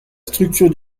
structure